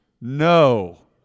No